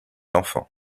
enfants